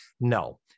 no